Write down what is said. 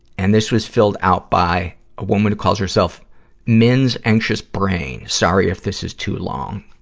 and this was filled out by a woman who calls herself min's anxious brain sorry if this is too long.